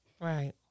right